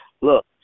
Look